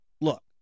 Look